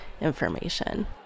information